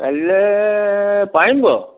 কালিলৈ পাৰিম বাৰু